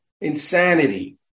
insanity